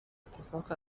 اتفاق